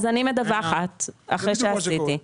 אז אני מדווחת אחרי שעשיתי.